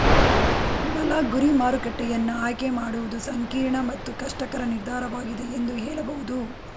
ಬಲ ಗುರಿ ಮಾರುಕಟ್ಟೆಯನ್ನ ಆಯ್ಕೆ ಮಾಡುವುದು ಸಂಕೀರ್ಣ ಮತ್ತು ಕಷ್ಟಕರ ನಿರ್ಧಾರವಾಗಿದೆ ಎಂದು ಹೇಳಬಹುದು